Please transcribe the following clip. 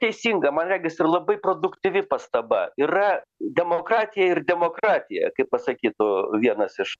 teisinga man regis ir labai produktyvi pastaba yra demokratija ir demokratija kaip pasakytų vienas iš